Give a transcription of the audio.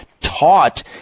taught